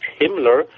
Himmler